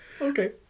Okay